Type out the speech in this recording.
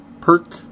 Perk